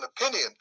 opinion